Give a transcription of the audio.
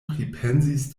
pripensis